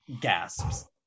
gasps